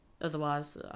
otherwise